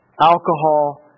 alcohol